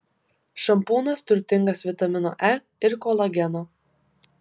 šampūnas turtingas vitamino e ir kolageno